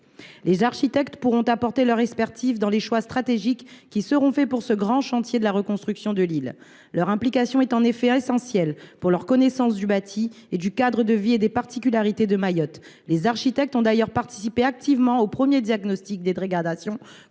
Les architectes pourront mettre leur expertise au service des choix stratégiques qui seront faits dans le cadre du grand chantier de la reconstruction de l’île. Leur implication est en effet essentielle compte tenu de leur connaissance du bâti, du cadre de vie et des particularités de Mayotte. Les architectes ont d’ailleurs activement participé au premier diagnostic des dégradations